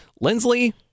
Lindsley